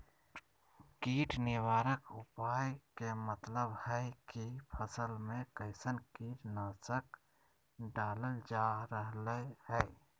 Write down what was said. कीट निवारक उपाय के मतलव हई की फसल में कैसन कीट नाशक डालल जा रहल हई